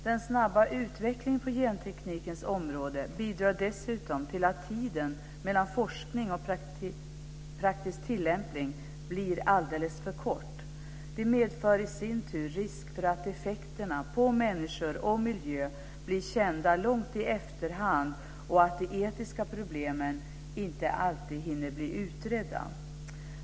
Den snabba utvecklingen på genteknikens område bidrar dessutom till att tiden mellan forskning och praktiskt tillämpning blir alldeles för kort. Det medför i sin tur risk för att effekterna på människor och miljö blir kända långt i efterhand och att de etiska problemen inte alltid hinner bli utredda.